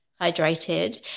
hydrated